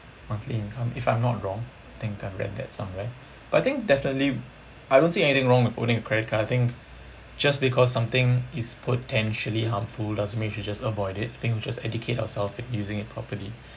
monthly income if I'm not wrong I think I read that somewhere but I think definitely I don't see anything wrong with owning a credit card I think just because something is potentially harmful doesn't mean you should just avoid it I think we just educate ourself at using it properly